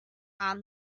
are